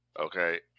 Okay